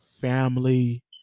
family